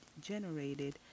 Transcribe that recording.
generated